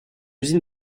usine